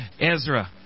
Ezra